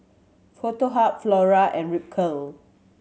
Foto Hub Flora and Ripcurl